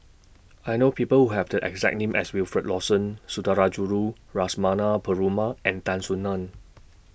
I know People Who Have The exact name as Wilfed Lawson Sundarajulu Lakshmana Perumal and Tan Soo NAN